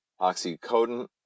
oxycodone